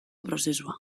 prozesua